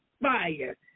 fire